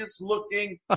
looking